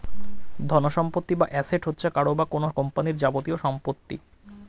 ধনসম্পত্তি বা অ্যাসেট হচ্ছে কারও বা কোন কোম্পানির যাবতীয় সম্পত্তি